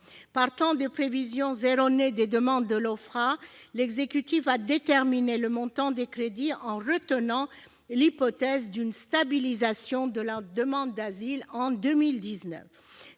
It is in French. Partant de prévisions erronées des demandes de l'OFPRA, l'exécutif a déterminé le montant des crédits en retenant l'hypothèse d'une stabilisation de la demande d'asile en 2019.